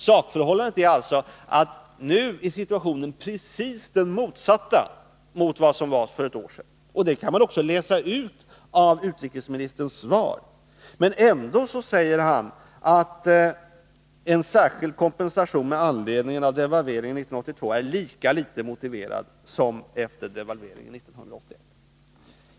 Sakförhållandet är alltså att situationen nu är precis den motsatta mot för ett år sedan. Det kan man också läsa ut av utrikesministerns svar. Ändå säger han, att en särskild kompensation med anledning av devalveringen 1982 är lika litet motiverad som efter devalveringen 1981.